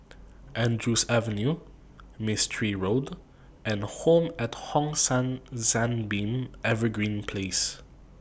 Andrews Avenue Mistri Road and Home At Hong San Sunbeam Evergreen Place